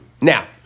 Now